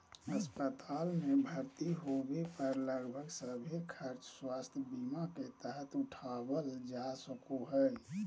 अस्पताल मे भर्ती होबे पर लगभग सभे खर्च स्वास्थ्य बीमा के तहत उठावल जा सको हय